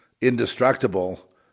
Indestructible